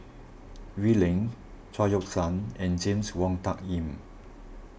Wee Lin Chao Yoke San and James Wong Tuck Yim